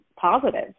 positive